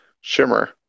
Shimmer